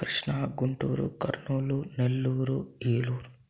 Krishna Guntur Kurnool Nellore Eluru